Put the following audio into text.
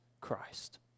Christ